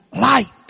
light